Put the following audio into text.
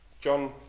John